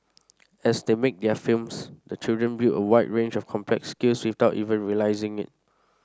as they make their films the children build a wide range of complex skills without even realising it